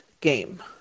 game